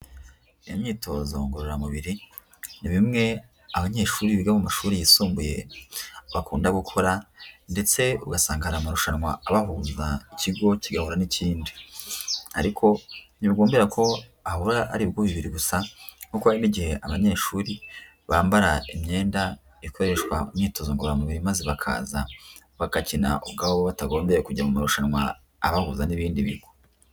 Imyitozo ngororamubiri ni bimwe abanyeshuri biga mu mashuri yisumbuye bakunda gukora ndetse ugasanga hari amarushanwa abahuza, ikigo kigahura n'ikindi ariko ntibigombera ko ahora ari ibigo bibiri gusa kuko hari n'igihe abanyeshuri bambara imyenda ikoreshwa mu myitozo ngororamubiri maze bakaza bagakina ubwabo batagombeye kujya mu marushanwa abahuza n'ibindi bigo.